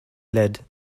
led